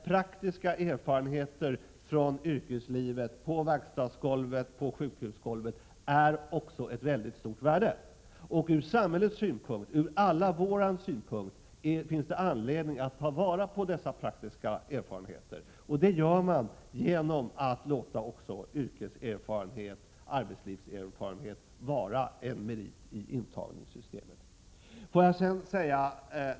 Praktiska erfarenheter från yrkeslivet på sjukhusgolvet, på verkstadsgolvet är av mycket stort värde. Från samhällets synpunkt, från allas vår synpunkt, finns det anledning att ta vara på dessa praktiska erfarenheter. Det gör man genom att låta yrkeserfarenhet, arbetslivserfarenhet, vara en merit i antagningssystemet.